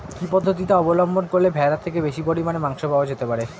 কি পদ্ধতিতে অবলম্বন করলে ভেড়ার থেকে বেশি পরিমাণে মাংস পাওয়া যেতে পারে?